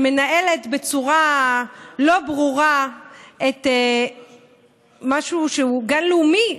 שמנהלת בצורה לא ברורה משהו שהוא גן לאומי,